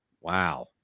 Wow